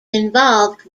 involved